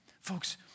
Folks